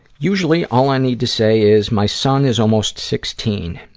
usually, all i need to say is my son is almost sixteen,